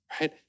right